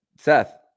Seth